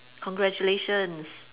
congratulations